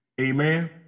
Amen